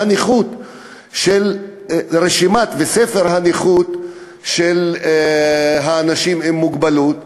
של הרשימה וספר הנכות של אנשים עם מוגבלות.